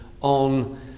on